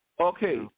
Okay